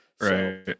Right